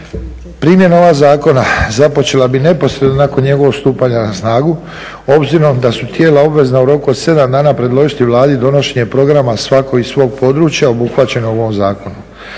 Primjena ovog zakona započela bi neposredno nakon njegovog stupanja na snagu, obzirom da su tijela obvezna u roku od 7 dana predložiti Vladi donošenje programa svako iz svog područja obuhvaćenog u ovom zakonu.